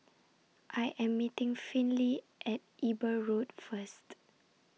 I Am meeting Finley At Eber Road First